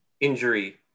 injury